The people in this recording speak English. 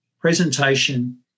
presentation